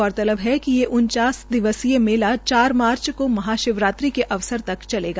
गौरतलब है कि ये उन्चास दिवसीय मेला चार मार्च क महा शिवरात्रि के अवसर तक चलेगा